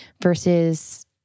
versus